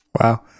Wow